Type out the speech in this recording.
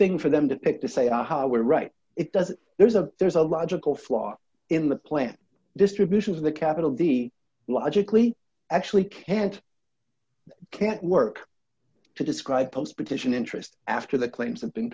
thing for them to pick to say aha we're right it does there's a there's a logical flaw in the plan distributions of the capital d logically actually can't can't work to describe post petition interest after the claims have been